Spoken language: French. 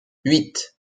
huit